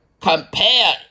Compare